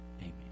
Amen